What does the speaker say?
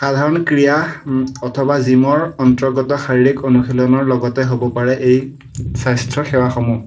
সাধাৰণ ক্ৰিয়া অথবা জীমৰ অন্তৰ্গত শাৰীৰিক অনুশীলনৰ লগতে হ'ব পাৰে এই স্বাস্থ্যৰ সেৱাসমূহ